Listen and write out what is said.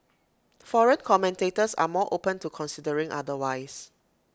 foreign commentators are more open to considering otherwise